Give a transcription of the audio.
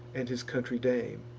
and his country dame.